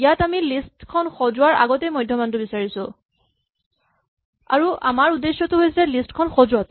ইয়াত আমি লিষ্ট খন সজোৱাৰ আগতেই মধ্যমানটো বিচাৰিছো আৰু আমাৰ উদ্দেশ্যটো হৈছে লিষ্ট খন সজোৱাটো